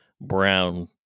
brown